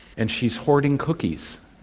and she is hoarding cookies.